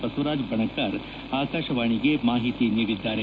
ಬಸವರಾಜ್ ಬಣಕಾರ್ ಆಕಾಶವಾಣಿಗೆ ಮಾಹಿತಿ ನೀಡಿದ್ದಾರೆ